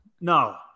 no